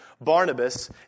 Barnabas